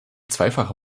zweifache